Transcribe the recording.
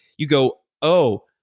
you go, oh,